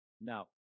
Now